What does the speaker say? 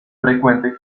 frecuente